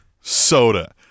soda